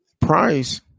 price